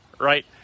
right